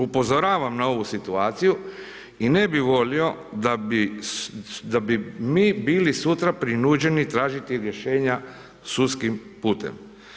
Upozoravam na ovu situaciju i ne bi volio da bi mi bili sutra prinuđeni tražiti rješenja sudskim putem.